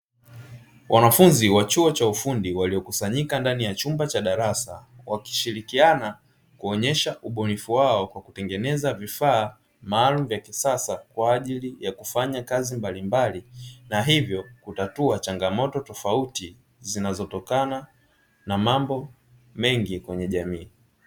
Wanafunzi wa chuo cha ufundi waliokusanyika ndani ya chumba cha darasa, wakishirikiana kuonyesha ubunifu wao kwa kutengeneza vifaa maalumu vya kisasa kwa ajili ya kufanya kazi mbalimbali na hivyo kutatua changamoto tofauti zinazotokana na mambo mengi kwenye jamii.